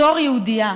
בתור יהודייה,